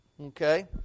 Okay